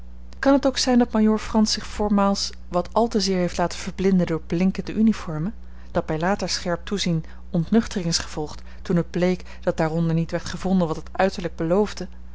kan het ook zijn dat majoor frans zich voormaals wat al te zeer heeft laten verblinden door blinkende uniformen dat bij later scherp toezien ontnuchtering is gevolgd toen het bleek dat daaronder niet werd gevonden wat het uiterlijk beloofde